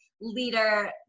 leader